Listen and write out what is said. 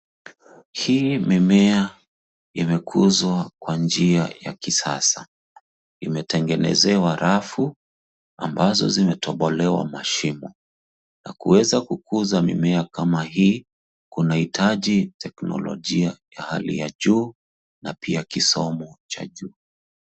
Hii mimea imekuzwa kwa njia ya kisasa. Imetengenezewa rafu ambazo zimetobolewa mashimo. Na kuweza kukuza mimea kama hii, kunahitaji teknolojia ya hali ya juu na pia kisomo cha juu.